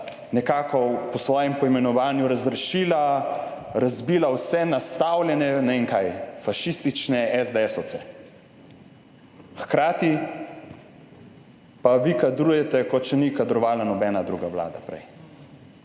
nekako po svojem poimenovanju razrešila, razbila vse nastavljene, ne vem kaj fašistične SDS-ovce, hkrati pa vi kadrujete kot še ni kadrovala nobena druga vlada prej